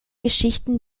geschichten